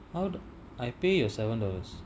how do I pay you seven dollars